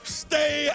stay